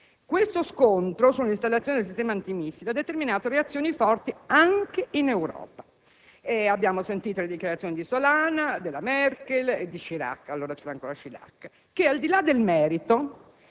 Questo scontro sull'installazione del sistema antimissile ha determinato reazioni forti anche in Europa (abbiamo sentito le dichiarazioni di Solana, della Merkel e di Chirac) che, al di là del merito,